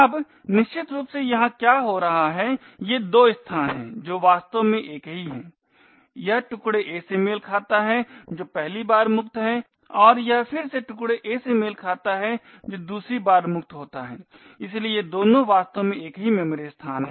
अब निश्चित रूप से यहाँ क्या हो रहा है ये दो स्थान हैं जो वास्तव में एक ही हैं यह टुकड़े a से मेल खाता है जो पहली बार मुक्त होता है और यह फिर से टुकड़े a से मेल खाता है जो दूसरी बार मुक्त होता है इसलिए ये दोनों वास्तव में एक ही मेमोरी स्थान हैं